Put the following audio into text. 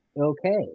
okay